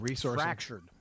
fractured